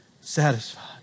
satisfied